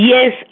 Yes